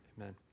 Amen